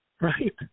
Right